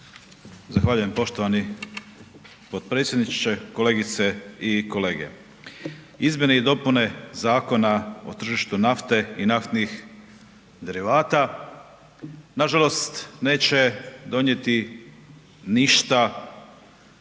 Zahvaljujem poštovani potpredsjedniče, kolegice i kolege, izmjene i dopune Zakona o tržištu nafte i naftnih derivata nažalost neće donijeti ništa